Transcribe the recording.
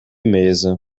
mesa